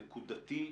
נקודתי.